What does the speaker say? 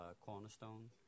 Cornerstone